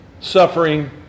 suffering